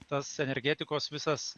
tas energetikos visas